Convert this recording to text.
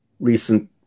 recent